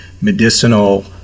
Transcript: medicinal